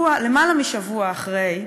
למעלה משבוע אחרי,